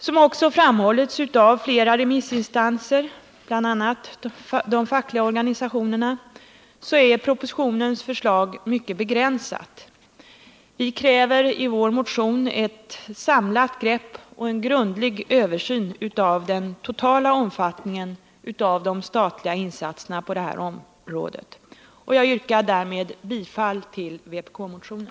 Som också framhållits av flera remissinstanser, bl.a. de fackliga organisationerna, är propositionens förslag mycket begränsat. Vi kräver i vår motion ett samlat grepp och en grundlig översyn av den totala omfattningen av de statliga insatserna på detta område. Jag yrkar därmed bifall till vpk-motionen.